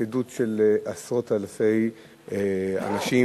חסידות של עשרות אלפי אנשים.